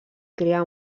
crear